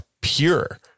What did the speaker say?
pure